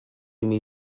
imi